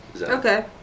Okay